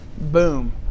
boom